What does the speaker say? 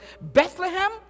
Bethlehem